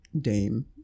Dame